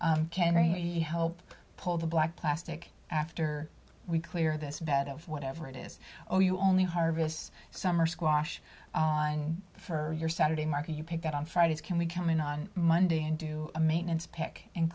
he help pull the black plastic after we clear this bed of whatever it is oh you only harvest summer squash on for your saturday market you pick that on fridays can we come in on monday and do a maintenance pick and